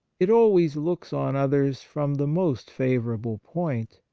it always looks on others from the most favourable point.